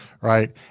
right